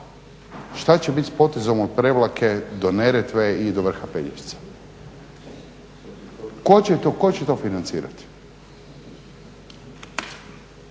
Šta će bit sa potezom od Prevlake do Neretve i do vrha Pelješca? Tko će to financirati?